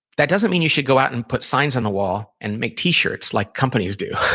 that doesn't mean you should go out and put signs on the wall, and make t-shirts, like companies do.